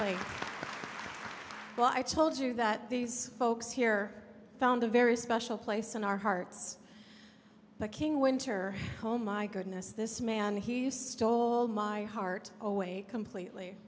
but i told you that these folks here found a very special place in our hearts the king winter oh my goodness this man he stole my heart away completely